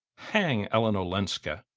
hang ellen olenska!